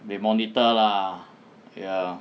they monitor lah ya